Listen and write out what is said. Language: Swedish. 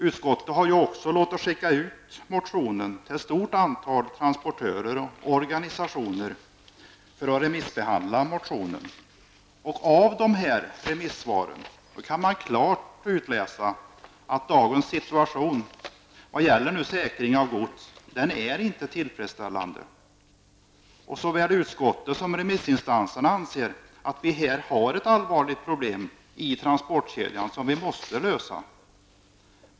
Utskottet har också låtit skicka ut motionen på remiss till ett stort antal transportörer och organisationer. Av remissvaren kan man klart utläsa att dagens situation när det gäller säkring av gods inte är tillfredsställande. Såväl utskottet som remissinstanserna anser att vi här har ett allvarligt problem i transportkedjan som vi måste lösa.